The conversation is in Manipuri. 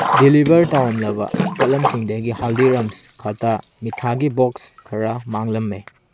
ꯗꯤꯂꯤꯕ꯭ꯔ ꯇꯧꯔꯝꯂꯕ ꯄꯣꯇꯂꯝꯁꯤꯡꯗꯒꯤ ꯍꯜꯗꯤꯔꯥꯝꯁ ꯈꯠꯇꯥ ꯀꯤꯊꯥꯒꯤ ꯕꯣꯛꯁ ꯈꯔ ꯃꯥꯡꯂꯝꯃꯦ